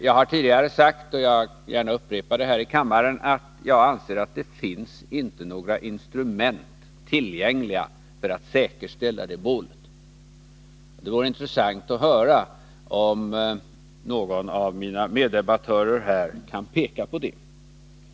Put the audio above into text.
Jag har tidigare sagt, och jag vill gärna upprepa det här i kammaren, att jag anser att det inte finns några instrument tillgängliga för att säkerställa det målet. Det vore intressant att höra om någon av mina meddebattörer här kan peka på sådana.